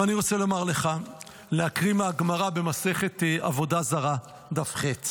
ואני רוצה להקריא מהגמרא במסכת עבודה זרה, דף ח'.